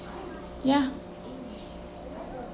ya